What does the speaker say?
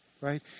right